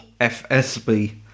FSB